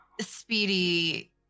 Speedy